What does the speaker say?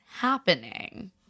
happening